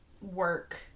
work